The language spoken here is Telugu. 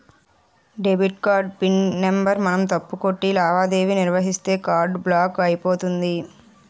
డెబిట్ కార్డ్ పిన్ నెంబర్ మనం తప్పు కొట్టి లావాదేవీ నిర్వహిస్తే కార్డు బ్లాక్ అయిపోతుంది